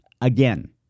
again